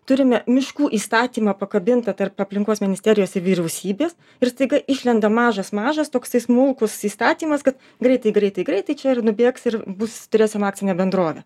turime miškų įstatymą pakabintą tarp aplinkos ministerijos ir vyriausybės ir staiga išlenda mažas mažas toksai smulkus įstatymas kad greitai greitai greitai čia ir nubėgs ir bus turėsim akcinę bendrovę